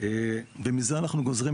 איפה זה מוסדר?